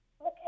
okay